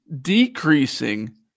decreasing